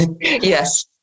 Yes